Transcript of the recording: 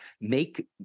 make